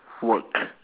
work